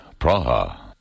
Praha